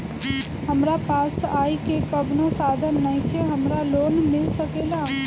हमरा पास आय के कवनो साधन नईखे हमरा लोन मिल सकेला?